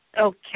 Okay